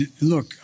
look